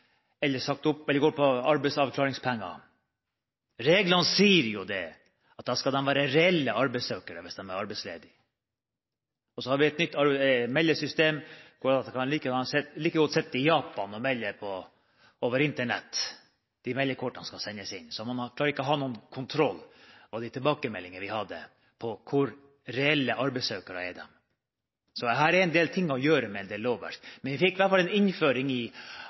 eller sagt opp, eller går på arbeidsavklaringspenger, og reglene sier da at de skal være reelle arbeidssøkere hvis de er arbeidsledige. Så har vi et nytt meldesystem, der du like gjerne kan sitte i Japan og sende inn meldekort over Internett. Man klarer ikke å ha noen kontroll, var de tilbakemeldingene vi fikk når det gjelder hvor reelle arbeidssøkere de er. Så her er det en del ting å gjøre med lovverket. Men vi fikk iallfall en innføring i at det faktisk er en